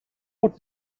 und